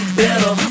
better